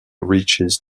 reaches